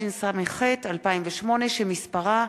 התשס"ח 2008, שמספרה